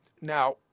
Now